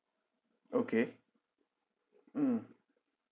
okay mm